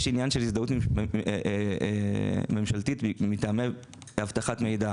יש עניין של הזדהות של ממשלתית והיא מטעמי אבטחת מידע.